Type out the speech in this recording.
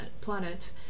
planet